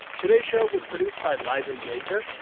today's show was produced by liza yeager.